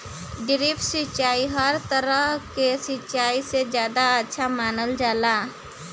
drip सिंचाई हर तरह के सिचाई से ज्यादा अच्छा मानल जाला